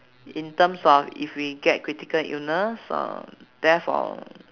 in terms of if we get critical illness or death or